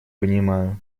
понимаю